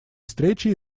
встречи